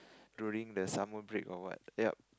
during the summer break or what yup